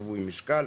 לפי שווי משקל,